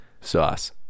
sauce